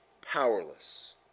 powerless